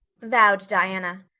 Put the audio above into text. vowed diana.